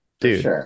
Dude